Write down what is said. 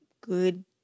good